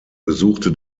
besuchte